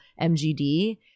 MGD